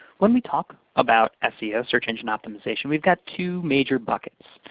when we talk about seo, search engine optimization, we've got two major buckets.